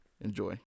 Enjoy